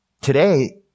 today